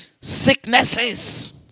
sicknesses